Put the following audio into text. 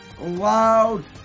loud